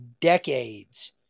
decades